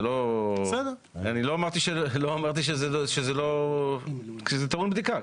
זה לא, אני לא אמרתי שזה לא, שזה טעון בדיקה.